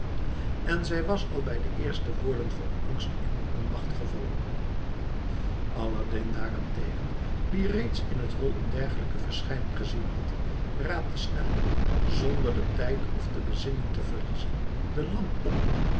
en zij was al bij zijn eerste woorden van angst in onmacht gevallen aladdin daarentegen die reeds in het hol een dergelijke verschijning gezien had raapte snel zonder den tijd of de bezinning te verliezen de lamp op